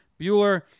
Bueller